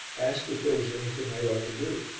asked if there was anything i ought to do.